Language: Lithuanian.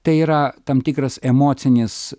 tai yra tam tikras emocinis